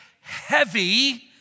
heavy